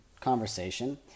conversation